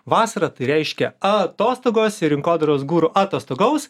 vasara tai reiškia atostogos ir rinkodaros guru atostogaus